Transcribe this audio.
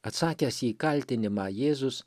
atsakęs į kaltinimą jėzus